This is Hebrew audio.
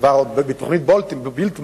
כבר בתוכנית בולטימור, הסכים.